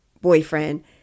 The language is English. boyfriend